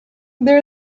there